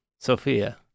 Sophia